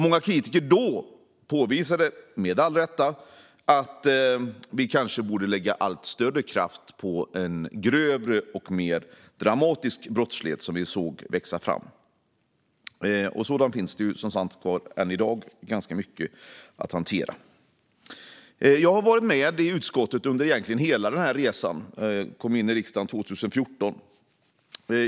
Många kritiker påvisade då, med all rätt, att vi kanske borde lägga allt större kraft på den grövre och mer dramatiska brottslighet som vi såg växa fram. Och ganska mycket sådan finns som sagt än i dag att hantera. Jag har suttit i utskottet under egentligen hela den här resan; jag kom in i riksdagen 2014.